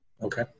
Okay